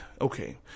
okay